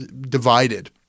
divided